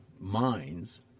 minds